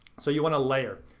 so you wanna layer.